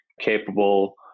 capable